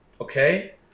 Okay